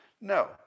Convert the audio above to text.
No